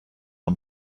won